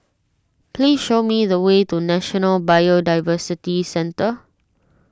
please show me the way to National Biodiversity Centre